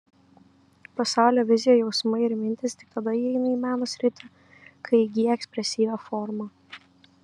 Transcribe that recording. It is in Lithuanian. pasaulio vizija jausmai ir mintys tik tada įeina į meno sritį kai įgyja ekspresyvią formą